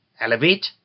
Elevate